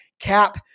cap